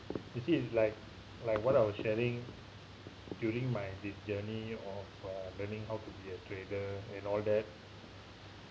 you see it's like like what I was sharing during my journey of uh learning how to be a trader and all that